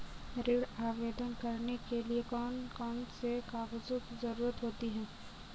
ऋण आवेदन करने के लिए कौन कौन से कागजों की जरूरत होती है?